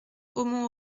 aumont